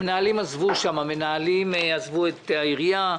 בטבריה המנהלים עזבו את העירייה.